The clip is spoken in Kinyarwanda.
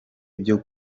byo